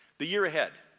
the year ahead.